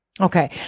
Okay